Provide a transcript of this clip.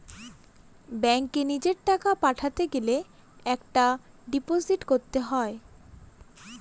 ব্যাঙ্কে নিজের টাকা পাঠাতে গেলে সেটা ডিপোজিট করতে হয়